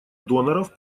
доноров